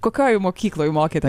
kokioj mokykloj mokėte